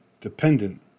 dependent